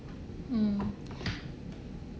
mm